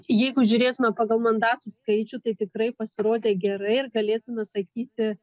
jeigu žiūrėtume pagal mandatų skaičių tai tikrai pasirodė gerai ir galėtume sakyti